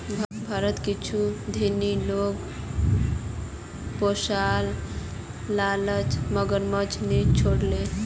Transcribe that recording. भारतत कुछू धनी लोग पैसार लालचत मगरमच्छको नि छोड ले